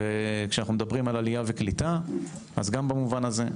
כשאנחנו מדברים על עלייה וקליטה אז גם במובן הזה.